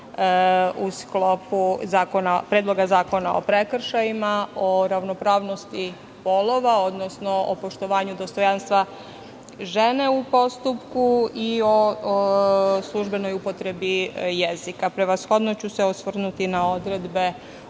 u sklopu Predloga zakona o prekršajima, o ravnopravnosti polova, odnosno o poštovanju dostojanstva žene u postupku i o službenoj upotrebi jezika. Prevashodno ću se osvrnuti na odredbe